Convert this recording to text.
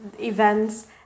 events